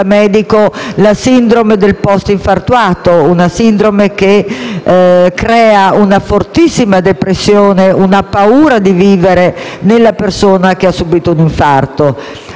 crea una fortissima depressione, una paura di vivere della persona che ha subìto un infarto. La stessa cosa succede molto spesso con i paziente oncologici,